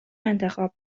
انتخاب